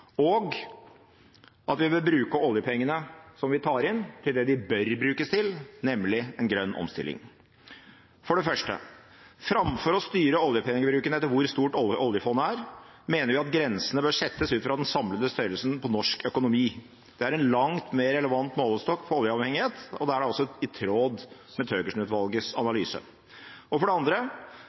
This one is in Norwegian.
og at vi bør bruke oljepengene som vi tar inn, til det de bør brukes til, nemlig en grønn omstilling. For det første: Framfor å styre oljepengebruken etter hvor stort oljefondet er, mener vi at grensene bør settes ut fra den samlede størrelsen på norsk økonomi. Det er en langt mer relevant målestokk på oljeavhengighet, og det er da også i tråd med Thøgersen-utvalgets analyse. For det andre: